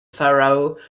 pharaoh